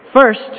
first